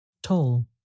tall